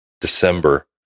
December